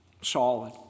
solid